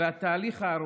והתהליך הארוך,